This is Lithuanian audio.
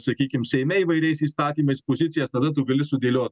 sakykim seime įvairiais įstatymais pozicijas tada tu gali sudėliot